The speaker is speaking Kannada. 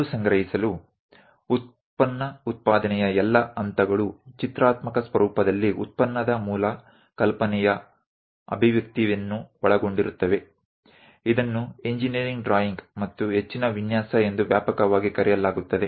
ಮರುಸಂಗ್ರಹಿಸಲು ಉತ್ಪನ್ನ ಉತ್ಪಾದನೆಯ ಎಲ್ಲಾ ಹಂತಗಳು ಚಿತ್ರಾತ್ಮಕ ಸ್ವರೂಪದಲ್ಲಿ ಉತ್ಪನ್ನದ ಮೂಲ ಕಲ್ಪನೆಯ ಅಭಿವ್ಯಕ್ತಿಯನ್ನು ಒಳಗೊಂಡಿರುತ್ತವೆ ಇದನ್ನು ಇಂಜಿನೀರಿಂಗ್ ಡ್ರಾಯಿಂಗ್ ಮತ್ತು ಹೆಚ್ಚಿನ ವಿನ್ಯಾಸ ಎಂದು ವ್ಯಾಪಕವಾಗಿ ಕರೆಯಲಾಗುತ್ತದೆ